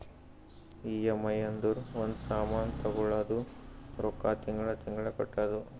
EMI ಅಂದುರ್ ಒಂದ್ ಸಾಮಾನ್ ತಗೊಳದು ರೊಕ್ಕಾ ತಿಂಗಳಾ ತಿಂಗಳಾ ಕಟ್ಟದು